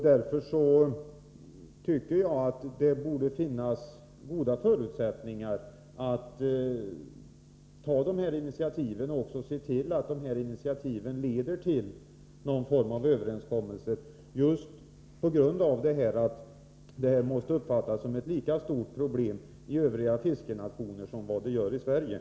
Det borde finnas goda förutsättningar att ta dessa initiativ och även se till att dessa ubåtar att övai fiskeområden initiativ leder till någon form av överenskommelse just på grund av att detta måste uppfattas som ett lika stort problem i övriga fiskenationer som i Sverige.